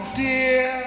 dear